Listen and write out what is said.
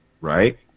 right